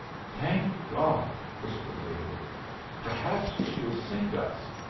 thank god, whispered david perhaps she'll sink us!